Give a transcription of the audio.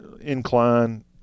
incline